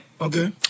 Okay